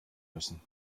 müssen